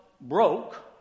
broke